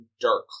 dark